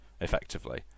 effectively